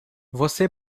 você